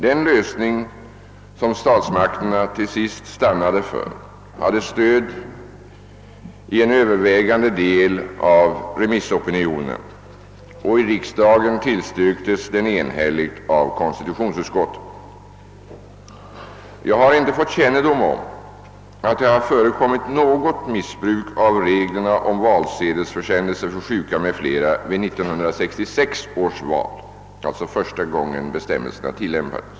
Den lösning som statsmakterna till sist stannade för hade stöd i en övervägande del av remissopinionen, och i riksdagen tillstyrktes den enhälligt av konstitutionsutskottet. Jag har inte fått kännedom om att det har förekommit något missbruk av reglerna om valsedelsförsändelse för sjuka m.fl. vid 1966 års val, alltså första gången bestämmelserna tillämpades.